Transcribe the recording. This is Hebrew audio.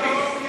אקוניס,